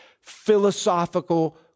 philosophical